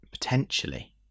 Potentially